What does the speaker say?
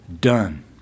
done